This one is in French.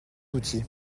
outil